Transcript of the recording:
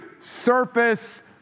surface